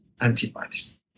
antibodies